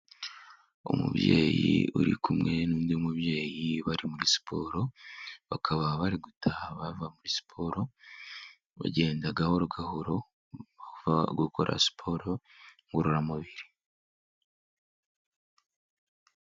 Umubyeyi uri kumwe n'undi mubyeyi bari muri siporo, bakaba bari gutaha bava muri siporo bagenda gahoro gahoro bava gukora siporo ngororamubiri.